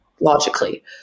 logically